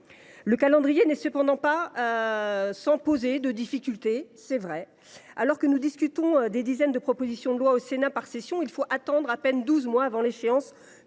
Le calendrier n’est cependant pas sans poser des difficultés. Alors que nous discutons de dizaines de propositions de loi au Sénat par session, il faut attendre à peine douze mois avant l’échéance